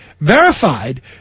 verified